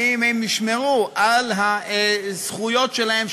האם הם ישמרו על הזכויות שלהם,